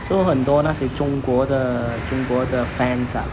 so 很多那些中国的中国的 fans ah